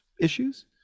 issues